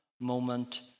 moment